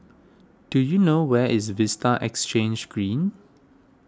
do you know where is Vista Exhange Green